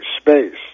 space